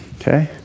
Okay